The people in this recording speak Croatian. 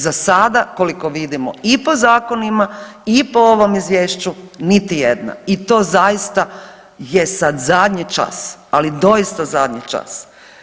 Za sada, koliko vidimo i po zakonima i po ovom Izvješću, niti jedna i to zaista je sad zadnji čas, ali doista zadnji čas.